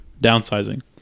Downsizing